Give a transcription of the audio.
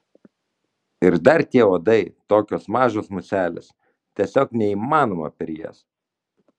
ir dar tie uodai tokios mažos muselės tiesiog neįmanoma per jas